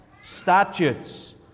Statutes